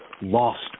lost